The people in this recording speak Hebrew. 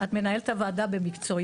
את מנהלת את הוועדה במקצועיות,